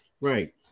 Right